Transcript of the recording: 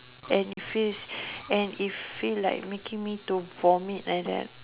and feels and it feel like making me to vomit like that